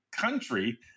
country